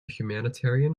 humanitarian